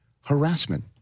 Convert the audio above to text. harassment